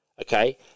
Okay